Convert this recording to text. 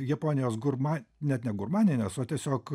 japonijos gurma net ne gurmanines o tiesiog